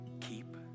Keep